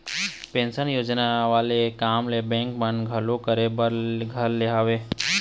pension योजना वाले काम ल बेंक मन घलोक करे बर धर ले हवय